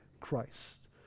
Christ